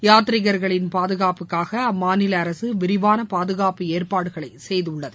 யாத்ரீகளின் பாதுகாப்புக்காக அம்மாநில அரசு விரிவான பாதுகாப்பு ஏற்பாடுகளை செய்துள்ளது